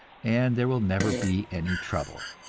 and there will never be any trouble.